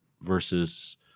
versus